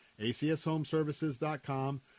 acshomeservices.com